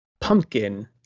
pumpkin